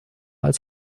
als